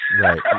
Right